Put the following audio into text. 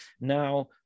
now